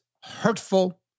hurtful